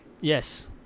Yes